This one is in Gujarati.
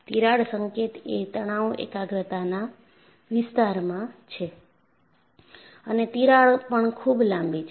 તિરાડ સંકેત એ તણાવ એકાગ્રતાના વિસ્તારમાં છે અને તિરાડ પણ ખૂબ લાંબી છે